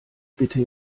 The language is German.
bitte